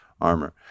armor